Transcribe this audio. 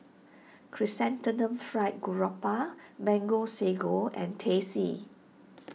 Chrysanthemum Fried Garoupa Mango Sago and Teh C